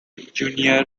junior